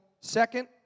second